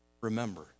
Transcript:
Remember